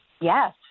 Yes